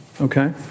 Okay